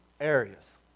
areas